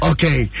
Okay